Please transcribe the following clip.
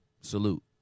salute